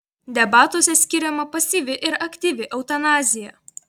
debatuose skiriama pasyvi ir aktyvi eutanazija